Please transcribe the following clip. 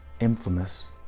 infamous